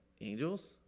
Angels